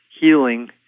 healing